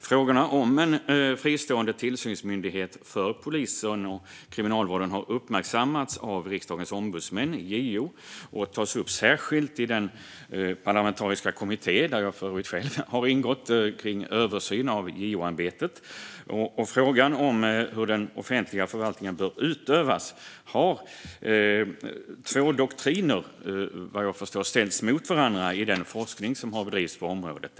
Frågorna om en fristående tillsynsmyndighet för polisen och Kriminalvården har uppmärksammats av Riksdagens ombudsmän, JO, och tas upp särskilt i den parlamentariska kommittén om en översyn av JO-ämbetet, där jag för övrigt själv har ingått. När det gäller hur den offentliga förvaltningen bör utövas har två doktriner ställts mot varandra i den forskning som har bedrivits på området.